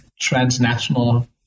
transnational